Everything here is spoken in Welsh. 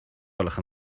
gwelwch